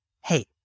hey